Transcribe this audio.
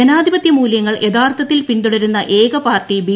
ജനാധിപത്യമൂല്യങ്ങൾ യഥാർത്ഥത്തിൽ പിന്തുടരുന്ന ഏകപാർട്ടി ബി